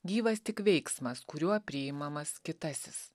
gyvas tik veiksmas kuriuo priimamas kitasis